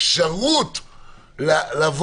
התייעצות כוללת,